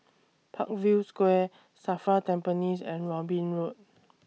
Parkview Square SAFRA Tampines and Robin Road